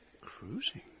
Cruising